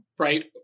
Right